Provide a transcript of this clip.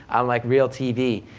on like real tv,